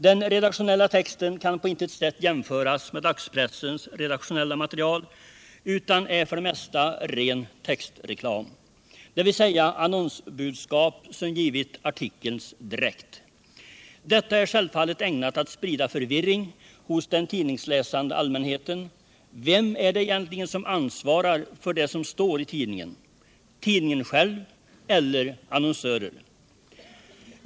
Den ”redaktionella” texten kan på intet sätt jämföras med dagspressens redaktionella material, utan är för det mesta ren textreklam, dvs. annonsbudskap som givits artikelns dräkt. Detta är självfallet ägnat att sprida förvirring hos den tidningsläsande allmänheten — vem är det egentligen som ansvarar för det som står i tidningen? Tidningen själv eller annonsörer?